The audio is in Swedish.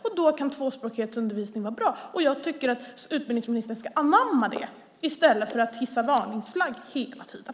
Då kan tvåspråkighetsundervisning vara bra. Jag tycker att utbildningsministern ska anamma det i stället för att hissa varningsflagg hela tiden.